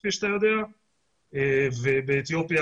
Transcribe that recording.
ובאתיופיה,